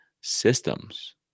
systems